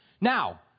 Now